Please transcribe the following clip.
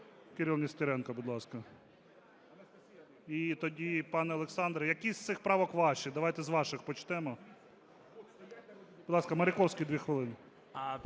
Кирилл Нестеренко, будь ласка. І тоді, пане Олександре, які з цих правок ваші? Давайте з ваших почнемо. Будь ласка, Маріковський, дві хвилини.